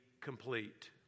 complete